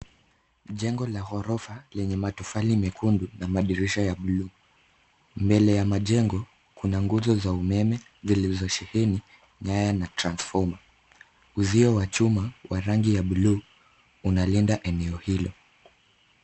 Jengo la ghorofa lenye matofali mekundu na madirisha ya bluu. Mbele ya majengo kuna nguzo za umeme zilizosheheni nyaya na transformer . Uzio wa chuma ya rangi ya bluu unalinda eneo hilo.